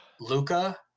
Luca